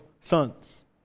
sons